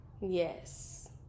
Yes